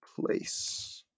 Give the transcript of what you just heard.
place